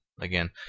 Again